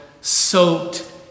soaked